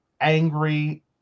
angry